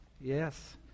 Yes